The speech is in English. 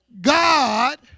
God